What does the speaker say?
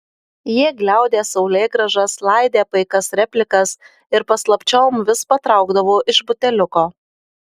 jie gliaudė saulėgrąžas laidė paikas replikas ir paslapčiom vis patraukdavo iš buteliuko